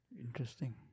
Interesting